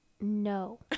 No